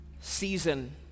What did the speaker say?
season